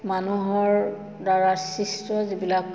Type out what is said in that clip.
মানুহৰ দ্বাৰা সৃষ্ট যিবিলাক